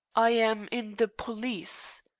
i am in the police.